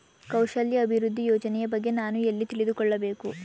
ಕೌಶಲ್ಯ ಅಭಿವೃದ್ಧಿ ಯೋಜನೆಯ ಬಗ್ಗೆ ನಾನು ಎಲ್ಲಿ ತಿಳಿದುಕೊಳ್ಳಬೇಕು?